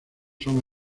son